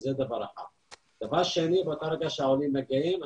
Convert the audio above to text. ברגע שהעולים מגיעים,